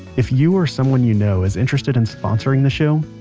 if you or someone you know is interested in sponsoring the show.